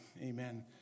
Amen